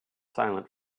silent